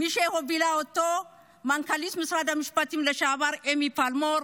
מי שהובילה אותה זו מנכ"לית משרד המשפטים לשעבר אמי פלמור.